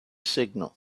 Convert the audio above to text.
signal